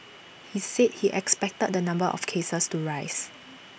he said he expected the number of cases to rise